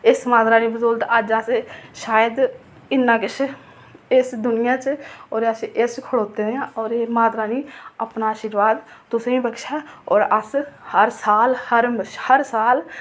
इस माता रानी दी बदौलत अज्ज अस इन्ना किश अस इस दुनिया बिच खड़ोते दे आं होर माता रानी अपना आशीवार्द तुसेंगी बख्शै होर अस हर साल हर साल